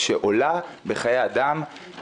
אנחנו